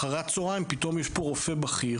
אחר הצהריים פתאום יש פה רופא בכיר